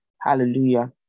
hallelujah